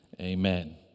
amen